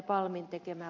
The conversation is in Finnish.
kannatan ed